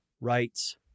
writes